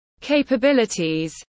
Capabilities